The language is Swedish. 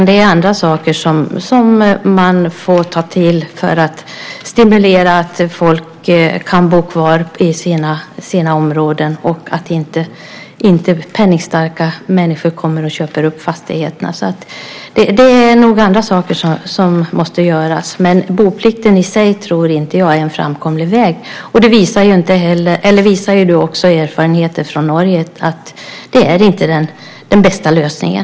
Det är andra saker som man får ta till för att stimulera att människor kan bo kvar i sina områden och att inte penningstarka människor kommer och köper upp fastigheterna. Det är nog andra saker som måste göras. Men boplikten i sig tror jag inte är en framkomlig väg. Det visar också erfarenheter från Norge. Det är inte den bästa lösningen.